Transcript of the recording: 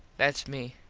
thats me.